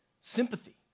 sympathy